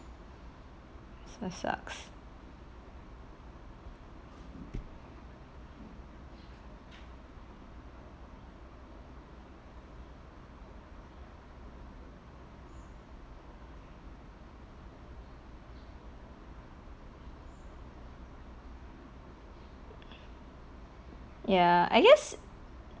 so sucks ya I guess